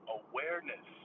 awareness